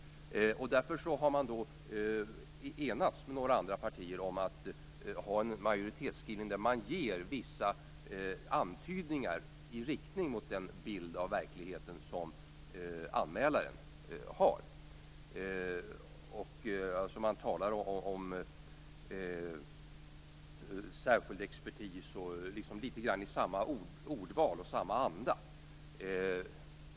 Därför har man enats med några andra partier om en majoritetsskrivning där vissa antydningar görs i riktning mot den bild av verkligheten som anmälaren har. Man talar alltså om särskild expertis - det är litet grand samma ordval och samma anda.